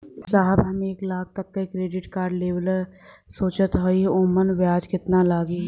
साहब हम एक लाख तक क क्रेडिट कार्ड लेवल सोचत हई ओमन ब्याज कितना लागि?